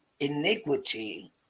Iniquity